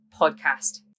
podcast